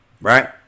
right